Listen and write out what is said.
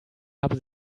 habe